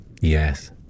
yes